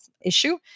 issue